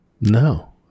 No